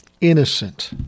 innocent